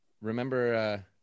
Remember